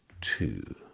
two